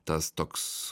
tas toks